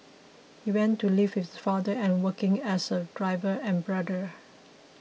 he went to live with his father and working as a driver and brother